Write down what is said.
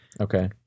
okay